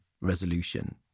resolution